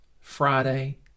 Friday